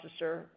processor